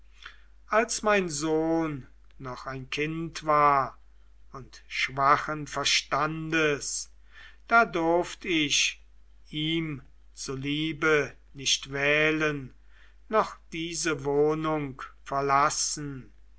als mein sohn noch ein kind war und schwachen verstandes da durft ich ihm zuliebe nicht wählen noch diese wohnung verlassen